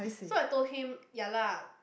so I told him yea lah